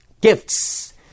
gifts